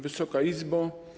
Wysoka Izbo!